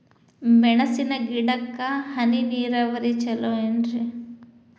ಮೆಣಸಿನ ಗಿಡಕ್ಕ ಹನಿ ನೇರಾವರಿ ಛಲೋ ಏನ್ರಿ?